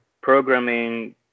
programming